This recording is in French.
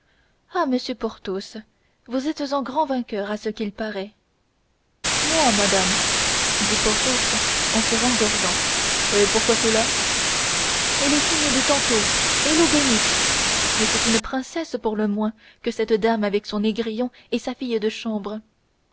ah monsieur porthos vous êtes un grand vainqueur à ce qu'il paraît moi madame dit porthos en se rengorgeant et pourquoi cela et les signes de tantôt et l'eau bénite mais c'est une princesse pour le moins que cette dame avec son négrillon et sa fille de chambre